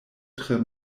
tre